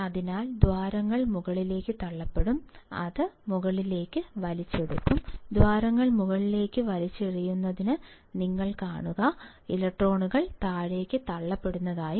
അതിനാൽ ദ്വാരങ്ങൾ മുകളിലേക്ക് തള്ളപ്പെടും അത് മുകളിലേക്ക് വലിച്ചെടുക്കും ദ്വാരങ്ങൾ മുകളിലേക്ക് വലിച്ചെറിയുന്നത് നിങ്ങൾ കാണുന്നു ഇലക്ട്രോണുകൾ താഴേക്ക് തള്ളപ്പെടും